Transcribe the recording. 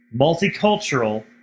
multicultural